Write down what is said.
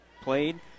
Played